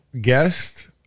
guest